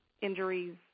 injuries